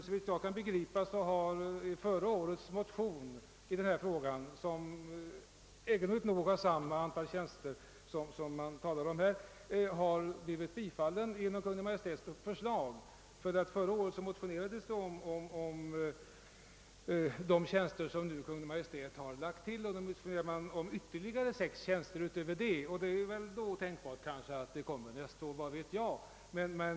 Såvitt jag kan begripa har förra årets motion i denna fråga, som egendomligt nog upptog samma antal tjänster som årets motion, blivit bifallen genom Kungl. Maj:ts förslag i år. Förra året motionerades nämligen om de tjänster som Kungl. Maj:t nu föreslagit. I år motionerar fru Ryding om ytterligare sex tjänster därutöver, och det är väl tänkbart att de beviljas nästa år — vad vet jag?